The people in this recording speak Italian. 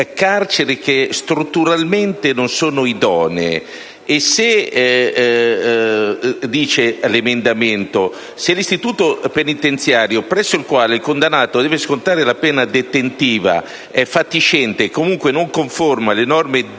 carceri che strutturalmente non sono idonee. L'emendamento dispone che se l'istituto penitenziario presso il quale il condannato deve scontare la pena detentiva è fatiscente, o comunque non conforme alle norme di